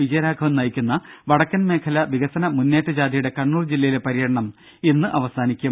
വിജയരാഘവൻ നയിക്കുന്ന വടക്കൻ മേഖല വികസന മുന്നേറ്റ ജാഥയുടെ കണ്ണൂർ ജില്ലയിലെ പര്യടനം ഇന്ന് അവസാനിക്കും